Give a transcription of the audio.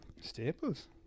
staples